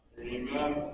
Amen